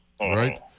right